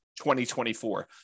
2024